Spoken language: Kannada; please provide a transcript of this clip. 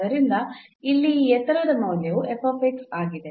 ಆದ್ದರಿಂದ ಇಲ್ಲಿ ಈ ಎತ್ತರದ ಮೌಲ್ಯವು ಆಗಿದೆ